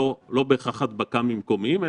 לא בהכרח הדבקה ממקומיים.